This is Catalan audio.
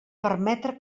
permetre